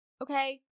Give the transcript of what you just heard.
Okay